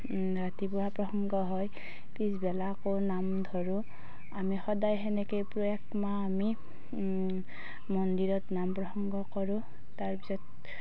ৰাতিপুৱা প্ৰসংগ হয় পিছবেলা আকৌ নাম ধৰোঁ আমি সদায় সেনেকেই মাহ আমি মন্দিৰত নাম প্ৰসংগ কৰোঁ তাৰ পিছত